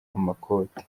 amakote